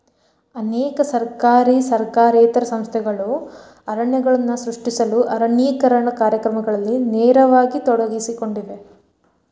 ಅನೇಕ ಸರ್ಕಾರಿ ಸರ್ಕಾರೇತರ ಸಂಸ್ಥೆಗಳು ಅರಣ್ಯಗಳನ್ನು ಸೃಷ್ಟಿಸಲು ಅರಣ್ಯೇಕರಣ ಕಾರ್ಯಕ್ರಮಗಳಲ್ಲಿ ನೇರವಾಗಿ ತೊಡಗಿಸಿಕೊಂಡಿವೆ